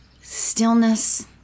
stillness